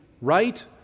right